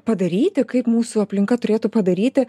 padaryti kaip mūsų aplinka turėtų padaryti